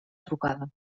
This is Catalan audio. trucada